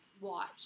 watch